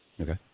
Okay